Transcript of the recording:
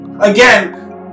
again